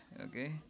okay